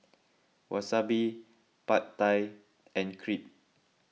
Wasabi Pad Thai and Crepe